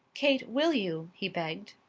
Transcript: kate, will you? he begged.